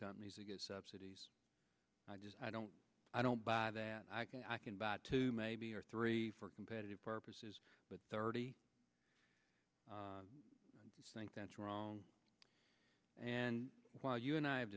companies and get subsidies i just i don't i don't buy that i can i can buy two maybe or three for competitive purposes but thirty i think that's wrong and why you and i have